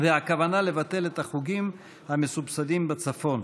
והכוונה לבטל את החוגים המסובסדים בצפון,